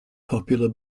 popular